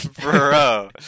bro